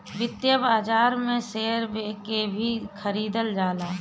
वित्तीय बाजार में शेयर के भी खरीदल जाला